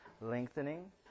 lengthening